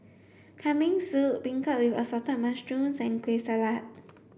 Kambing soup Beancurd assorted mushrooms and Kueh Salat